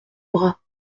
bras